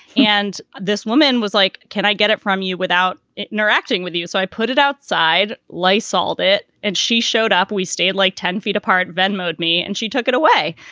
and this woman was like, can i get it from you without interacting with you? so i put it outside like, salt it. and she showed up. we stayed like ten feet apart. venmo, me. and she took it away.